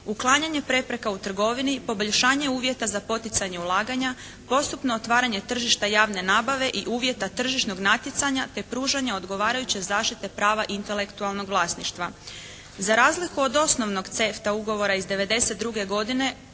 uklanjanje prepreka u trgovini, poboljšanje uvjeta za poticanje ulaganja, postupno otvaranje tržišta javne nabave i uvjeta tržišnog natjecanja te pružanje odgovarajuće zaštite prava intelektualnog vlasništva. Za razliku od osnovnog CEFTA ugovora iz 1992. godine